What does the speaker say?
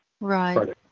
Right